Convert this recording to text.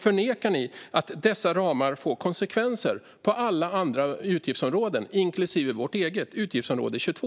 Förnekar ni att dessa ramar får konsekvenser på alla andra utgiftsområden inklusive vårt eget utgiftsområde 22?